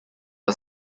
are